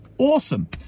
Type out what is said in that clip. awesome